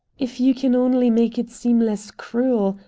if you can only make it seem less cruel.